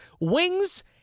wings